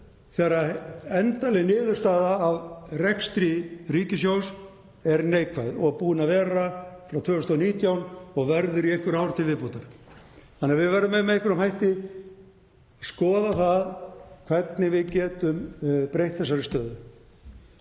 þegar endanleg niðurstaða af rekstri ríkissjóðs er neikvæð og búin að vera frá 2019 og verður í einhver ár til viðbótar. Við verðum með einhverjum hætti að skoða hvernig við getum breytt þessari stöðu.